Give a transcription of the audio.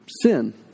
sin